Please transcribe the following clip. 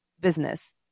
business